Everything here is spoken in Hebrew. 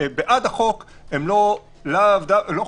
אדוני היושב-ראש תלמד מה זה בתי משפט.